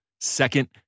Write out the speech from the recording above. Second